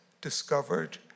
discovered